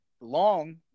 long